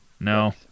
No